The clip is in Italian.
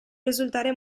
risultare